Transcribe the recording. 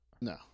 No